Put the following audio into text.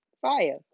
Fire